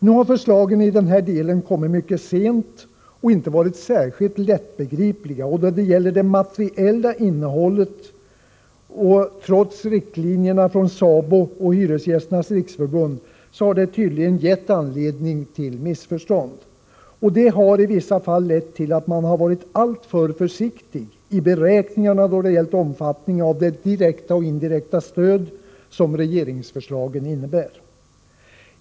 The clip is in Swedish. Nu har förslagen i denna del kommit mycket sent och inte varit särskilt lättbegripliga då det gäller det materiella innehållet, och trots riktlinjer från SABO och HRF har det gett anledning till missförstånd. Detta har i vissa fall lett till att man varit alltför försiktig i beräkningarna då det gällt omfattningen av det direkta och indirekta stöd som regeringsförslagen innebär.